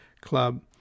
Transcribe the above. Club